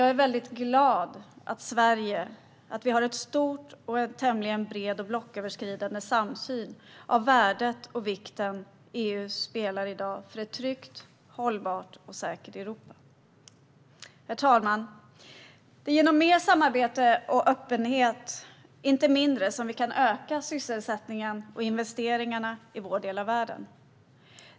Jag är glad över att vi i Sverige har en tämligen bred och blocköverskridande samsyn om det värde och den vikt EU spelar i dag för ett tryggt, hållbart och säkert Europa. Det är genom mer samarbete och öppenhet, inte mindre, som vi kan öka sysselsättningen och investeringarna i vår del av världen.